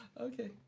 okay